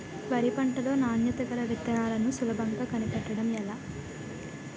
వరి పంట లో నాణ్యత గల విత్తనాలను సులభంగా కనిపెట్టడం ఎలా?